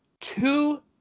two